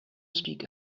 speak